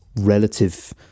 relative